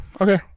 Okay